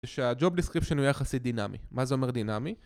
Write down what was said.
זה שה-job description הוא יחסית דינמי מה זה אומר דינמי?